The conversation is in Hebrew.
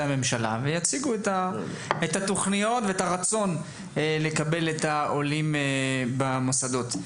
הממשלה ויציגו את התוכניות ואת הרצון לקבל את העולים במוסדות.